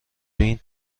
بین